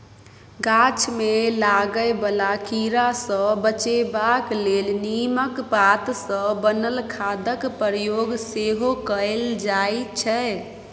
गाछ मे लागय बला कीड़ा सँ बचेबाक लेल नीमक पात सँ बनल खादक प्रयोग सेहो कएल जाइ छै